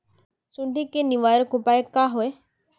सुंडी के निवारक उपाय का होए?